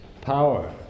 power